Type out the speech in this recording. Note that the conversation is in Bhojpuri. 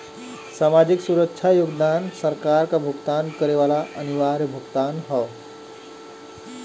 सामाजिक सुरक्षा योगदान सरकार क भुगतान करे वाला अनिवार्य भुगतान हौ